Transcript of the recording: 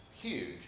huge